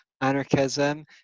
anarchism